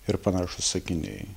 ir panašūs sakiniai